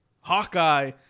Hawkeye